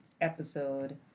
episode